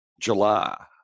July